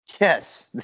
Yes